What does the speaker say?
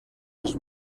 els